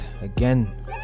again